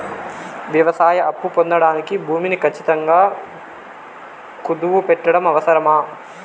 వ్యవసాయ అప్పు పొందడానికి భూమిని ఖచ్చితంగా కుదువు పెట్టడం అవసరమా?